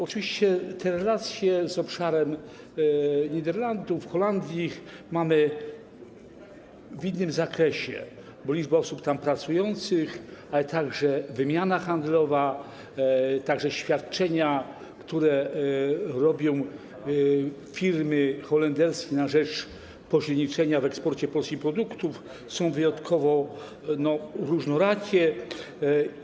Oczywiście te relacje z obszarem Niderlandów, Holandii mamy w innym zakresie, bo liczba osób tam pracujących, ale także wymiana handlowa i świadczenia, które wykonują firmy holenderskie na rzecz pośredniczenia w eksporcie polskich produktów, są wyjątkowo różnorakie.